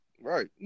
right